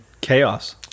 chaos